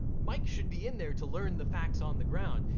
mike should be in there to learn the facts on the ground,